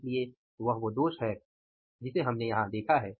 इसलिए यह वो दोष है जिसे हमने यहां देखा है